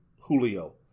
Julio